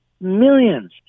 millions